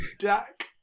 Jack